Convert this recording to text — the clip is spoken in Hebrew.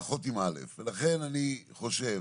לכן, אני חושב